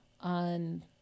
on